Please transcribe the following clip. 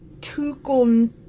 Tukul